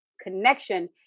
connection